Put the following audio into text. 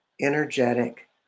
energetic